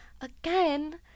again